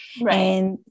Right